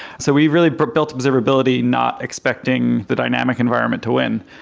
so we really rebuilt observability not expecting the dynamic environment to win,